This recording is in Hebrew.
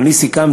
אם אני סיכמתי,